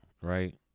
right